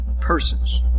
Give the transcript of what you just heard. persons